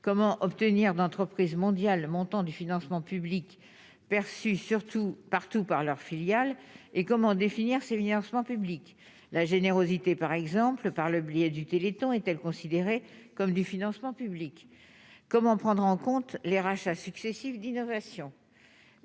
comment obtenir d'entreprises mondiales, montant du financement public perçu surtout partout par leurs filiales et comment définir ces Liens public la générosité par exemple par le biais du Téléthon est-elle considérée comme du financement public, comment prendre en compte les rachats successifs d'innovation